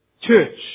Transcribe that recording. church